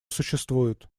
существует